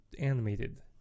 animated